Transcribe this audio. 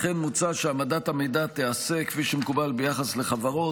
לכן מוצע שהעמדת המידע תיעשה כפי שמקובל ביחס לחברות,